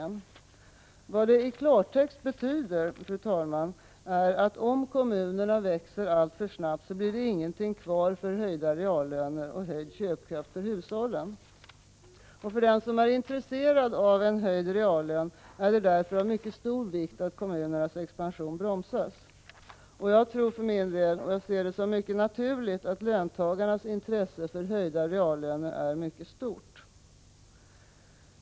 Vad det i klartext betyder, fru talman, är att om kommunerna växer alltför fort så blir det ingenting kvar för höjda reallöner och höjd köpkraft för hushållen. För den som är intresserad av en höjd reallön är det därför av mycket stor vikt att kommunernas expansion bromsas. Jag tror för min del och ser det som mycket naturligt att löntagarnas intresse för höjda reallöner är mycket stort.